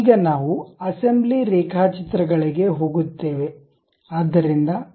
ಈಗ ನಾವು ಅಸೆಂಬ್ಲಿ ರೇಖಾಚಿತ್ರಗಳಿಗೆ ಹೋಗುತ್ತೇವೆ